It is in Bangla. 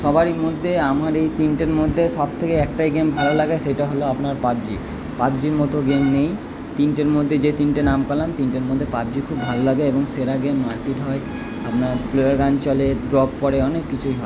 সবারই মধ্যে আমার এই তিনটের মধ্যে সব থেকে একটাই গেম ভালো লাগে সেইটা হলো আপনার পাবজি পাবজির মতো গেম নেই তিনটের মধ্যে যে তিনটে নাম পেলাম তিনটের মধ্যে পাবজি খুব ভালো লাগে এবং সেরা গেম মারপিট হয় আপনার চলে পড়ে অনেক কিছুই হয়